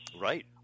Right